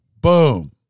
Boom